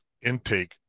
intake